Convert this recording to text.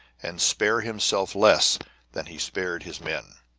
and spare himself less than he spared his men.